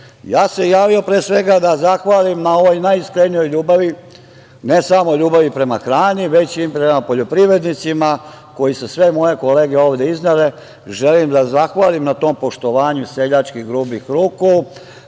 sam se javio, pre svega, da zahvalim na ovoj najiskrenijoj ljubavi, ne samo ljubavi prema hrani, već i prema poljoprivrednicima koju su sve moje kolege ovde iznele i želim da zahvalim na tom poštovanju seljačkih grubih ruku,